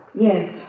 Yes